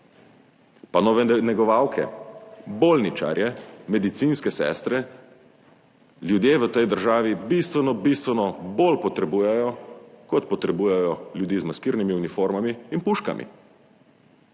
pa nove negovalke, bolničarje, medicinske sestre ljudje v tej državi bistveno, bistveno bolj potrebujejo, kot potrebujejo ljudi z maskirnimi uniformami in puškami.